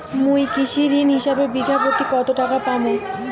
মুই কৃষি ঋণ হিসাবে বিঘা প্রতি কতো টাকা পাম?